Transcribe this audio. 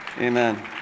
Amen